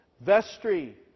Vestry